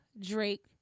Drake